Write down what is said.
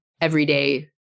everyday